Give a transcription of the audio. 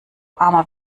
armer